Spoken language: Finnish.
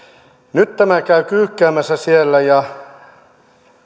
nyt tämä käy kyykkäämässä siellä ja